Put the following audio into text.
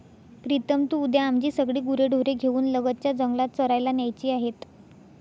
प्रीतम तू उद्या आमची सगळी गुरेढोरे घेऊन लगतच्या जंगलात चरायला न्यायची आहेत